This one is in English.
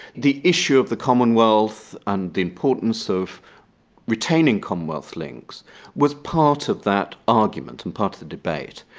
the issue of the commonwealth and the importance of retaining commonwealth links was part of that argument and part of the debate.